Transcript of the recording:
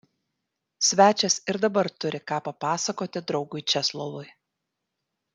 svečias ir dabar turi ką papasakoti draugui česlovui